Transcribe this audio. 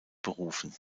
berufen